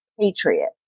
patriot